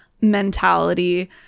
mentality